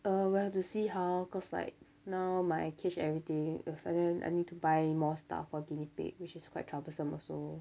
err will have to see how cause like now my cage everything then I need to buy more stuff for guinea pig which is quite troublesome also